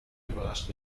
überrascht